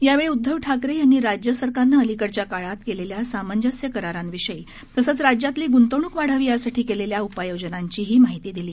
यावेळी उद्धव ठाकरे यांनी राज्य सरकारनं अलिकडच्या काळात केलेल्या सामंजस्य करारांविषयी तसंच राज्यातली गुंतवणूक वाढावी यासाठी केलेल्या उपाययोजनांचीही माहिती दिली